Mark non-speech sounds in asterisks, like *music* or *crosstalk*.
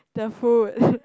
the food *noise*